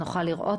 שנוכל לראות?